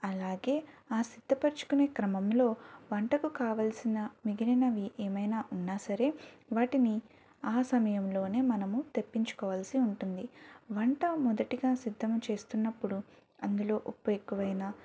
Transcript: అలాగే ఆ సిద్దపరచుకునే క్రమంలో వంటకు కావాల్సిన మిగిలినవి ఏమైనా ఉన్నా సరే వాటిని ఆ సమయంలోనే మనము తెప్పించుకోవాల్సి ఉంటుంది వంట మొదటగా సిద్దము చేస్తున్నప్పుడు అందులో ఉప్పు ఎక్కువైనా